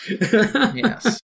Yes